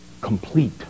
complete